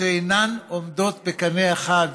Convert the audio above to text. שאינן עומדות בקנה אחד